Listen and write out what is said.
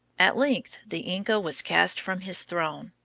at length the inca was cast from his throne,